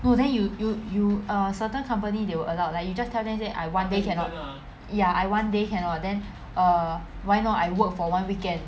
no then you you you err certain company they will allow like you just tell them like I one day cannot ya I one day cannot then err why not I work for one weekend